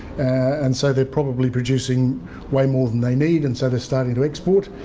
and so they're probably producing way more than they need and so they're starting to export.